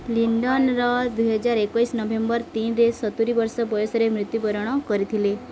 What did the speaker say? ଲଣ୍ଡନର ଦୁଇହଜାର ଏକୋଉଶ ନଭେମ୍ବର ତିନିରେ ସତୁରି ବର୍ଷ ବୟସରେ ମୃତ୍ୟୁବରଣ କରିଥିଲେ